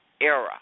era